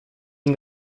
eng